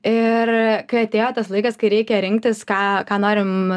ir kai atėjo tas laikas kai reikia rinktis ką ką norim